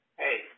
hey